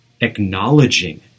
acknowledging